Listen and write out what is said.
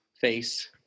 face